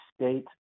State